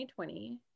2020